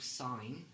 sign